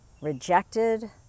rejected